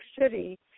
city